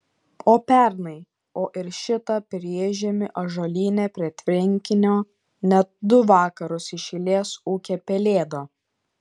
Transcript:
o pernai o ir šitą priešžiemį ąžuolyne prie tvenkinio net du vakarus iš eilės ūkė pelėda